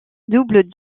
double